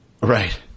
Right